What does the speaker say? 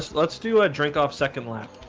let's do a drink off second lap.